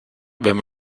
wenn